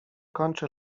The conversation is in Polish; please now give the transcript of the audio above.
kończy